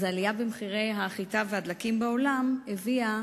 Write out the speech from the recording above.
העלייה במחירי החיטה והדלקים בעולם הביאה